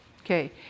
Okay